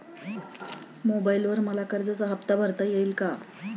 मोबाइलवर मला कर्जाचा हफ्ता भरता येईल का?